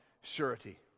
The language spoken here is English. surety